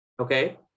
okay